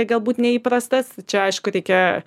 galbūt neįprastas čia aišku reikia